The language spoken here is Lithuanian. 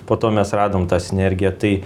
po to mes radom tą sinergiją tai